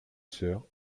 sœur